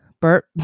Bert